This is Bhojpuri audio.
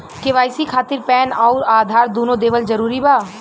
के.वाइ.सी खातिर पैन आउर आधार दुनों देवल जरूरी बा?